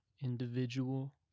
individual